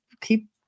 keep